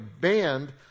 banned